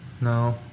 No